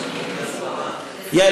יעל,